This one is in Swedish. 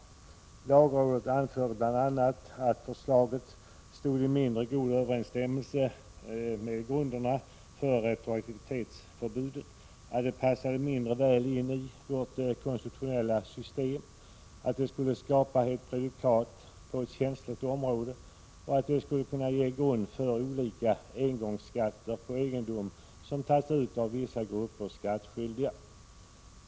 Lagrådet ansåg bl.a. att förslaget stod i mindre god överensstämmelse med grunderna för retroaktivitetsförbudet, att det passade mindre väl in i vårt konstitutionella system, att det skulle skapa ett prejudikat på ett känsligt område och att det skulle kunna ge grund för olika engångsskatter på egendom som tas ut av vissa grupper skattskyldiga.